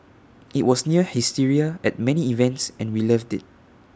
IT was near hysteria at many events and we loved IT